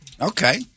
Okay